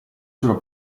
sulla